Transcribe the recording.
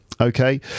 Okay